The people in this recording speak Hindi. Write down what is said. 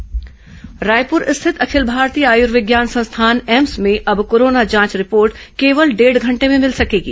एम्स कोरोना जांच रायपुर स्थित अखिल भारतीय आयुर्विज्ञान संस्थान एम्स में अब कोरोना जांच रिपोर्ट केवल डेढ़ घंटे में मिल सकेगी